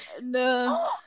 no